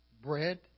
Bread